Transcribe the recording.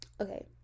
Okay